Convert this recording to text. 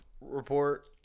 report